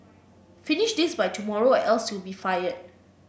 finish this by tomorrow or else you'll be fired